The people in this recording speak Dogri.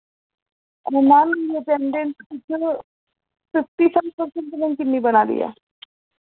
मैम अटैंडैंस फिफ्टी परसैंट पता निं किन्नी बना दी ऐ